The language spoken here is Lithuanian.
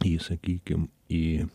į sakykim į